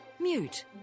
Mute